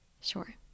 Sure